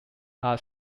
are